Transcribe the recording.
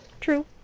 true